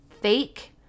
fake